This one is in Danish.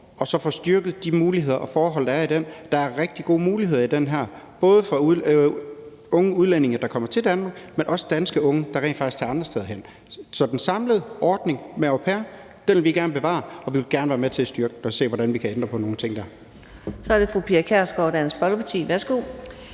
de muligheder og forhold, der er i den. Der er rigtig gode muligheder i den her ordning, både for unge udlændinge, der kommer til Danmark, men også for danske unge, der rent faktisk tager andre steder hen. Så den samlede ordning med au pairer vil vi gerne bevare, og vi vil gerne være med til at styrke den og se på, hvordan vi kan ændre på nogle ting i den. Kl. 15:30 Fjerde næstformand (Karina